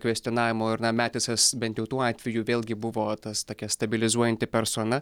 kvestinavimo ir na metisas bent jau tuo atveju vėlgi buvo tas tokia stabilizuojanti persona